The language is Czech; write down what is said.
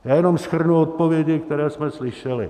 Já jenom shrnu odpovědi, které jsme slyšeli.